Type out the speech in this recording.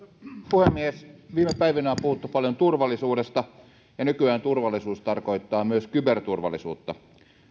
puhemies viime päivinä on puhuttu paljon turvallisuudesta ja nykyään turvallisuus tarkoittaa myös kyberturvallisuutta